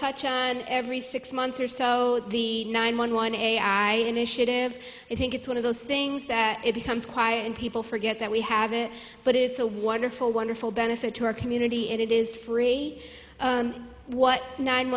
touch and every six months or so the nine one one a i initiative i think it's one of those things that it becomes quiet and people forget that we have it but it's a wonderful wonderful benefit to our community and it is free what nine